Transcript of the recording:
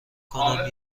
کنیم